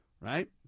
right